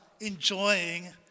enjoying